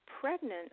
pregnant